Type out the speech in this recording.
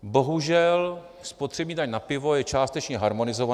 Bohužel spotřební daň na pivo je částečně harmonizovaná.